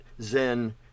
Zen